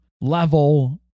level